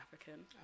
African